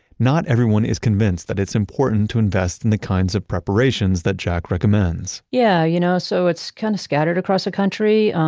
not everyone is convinced that it's important to invest in the kinds of preparations that jack recommends. yeah. you know so it's kind of scattered across the country.